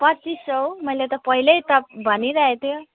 पच्चिस सय मैले त पहिल्यै तप् भनिराखेको थियो